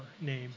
name